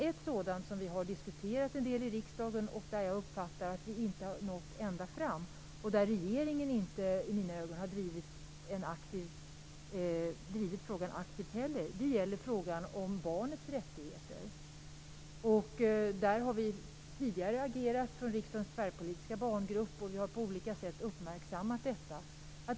Ett sådant som vi har diskuterat en del i riksdagen och där jag uppfattar att vi inte har nått ända fram och där regeringen i mina ögon inte har drivit frågan aktivt heller är barnets rättigheter. Där har vi tidigare agerat från riksdagens tvärpolitiska barngrupp och på olika sätt uppmärksammat detta.